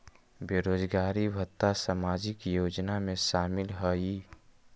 बेरोजगारी भत्ता सामाजिक योजना में शामिल ह ई?